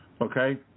Okay